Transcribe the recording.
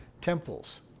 temples